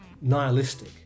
nihilistic